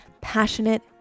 passionate